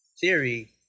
theory